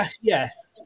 yes